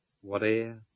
Whate'er